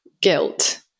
guilt